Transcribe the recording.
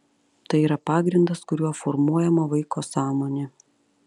tai yra pagrindas kuriuo formuojama vaiko sąmonė